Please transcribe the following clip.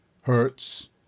hertz